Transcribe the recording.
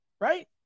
right